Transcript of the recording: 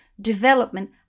development